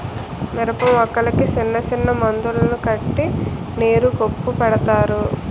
మిరపమొక్కలకి సిన్నసిన్న మందులను కట్టి నీరు గొప్పు పెడతారు